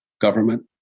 government